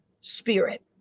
spirit